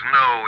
no